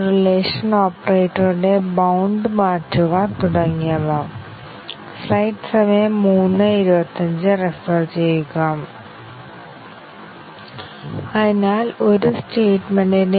programme control flow ഗ്രാഫിനായി അദ്ദേഹം ഒരു ഗ്രാഫ് വികസിപ്പിക്കുകയും തുടർന്ന് ടെസ്റ്റ് കേസുകൾ രൂപകൽപ്പന ചെയ്യുകയും ചെയ്യേണ്ടതുണ്ടോ